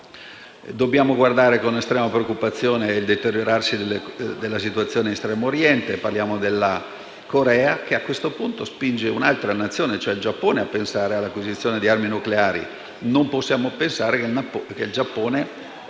Dobbiamo guardare con estrema preoccupazione anche al deteriorarsi della situazione in Estremo Oriente. Parliamo della Corea, che a questo punto spinge un'altra Nazione, e cioè il Giappone, a pensare all'acquisizione di armi nucleari. Non possiamo ritenere che il Giappone,